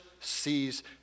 sees